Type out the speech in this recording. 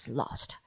lost